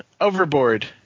Overboard